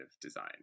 design